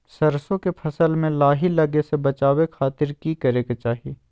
सरसों के फसल में लाही लगे से बचावे खातिर की करे के चाही?